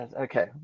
Okay